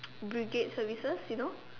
brigade services you know